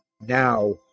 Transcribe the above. now